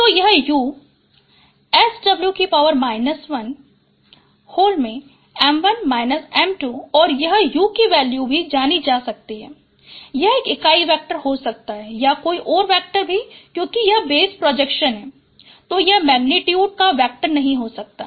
तो यह है u SW 1 और यह u की वैल्यू भी जानी जा सकती है यह एक इकाई वेक्टर हो सकता है या कोई और वेक्टर भी क्योकिं यह बस प्रोजेक्शन है तो यह मैग्नीट्युड का वेक्टर नहीं हो सकता है